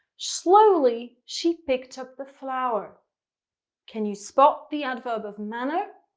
slowly she picked up the flower can you spot the adverb of manner?